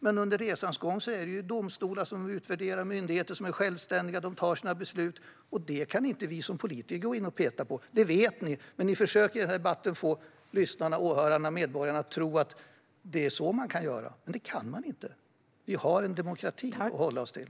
Men under resans gång är det domstolar som utvärderar och myndigheter som är självständiga. De tar sina beslut, och dem kan inte vi som politiker gå in och peta på. Det vet ni, men ni försöker i den här debatten att få lyssnarna, åhörarna, medborgarna att tro att man kan göra så. Men det kan man inte. Vi har en demokrati att hålla oss till.